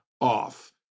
off